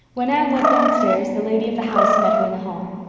when anne went downstairs the lady of the house met her in the hall.